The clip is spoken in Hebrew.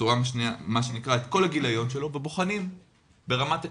מה שנקרא את כל הגיליון שלו, ובוחנים ברמת הכניסה.